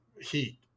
heat